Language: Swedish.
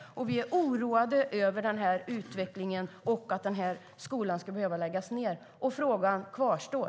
Vi är oroade över utvecklingen och att skolan ska behöva läggas ned. Frågan kvarstår.